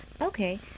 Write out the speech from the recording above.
Okay